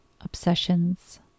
obsessions